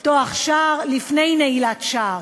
לפתוח שער לפני נעילת שער,